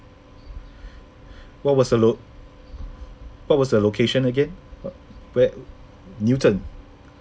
what was the lo~ what was the location again wh~ newton